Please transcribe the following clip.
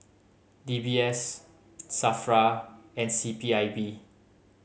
D B S SAFRA and C P I B